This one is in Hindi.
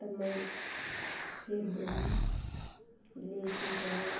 तब मैं फिर बोली ले कर चलो